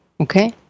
okay